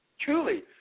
truly